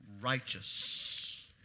righteous